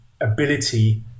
ability